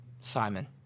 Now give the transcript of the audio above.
Simon